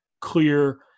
clear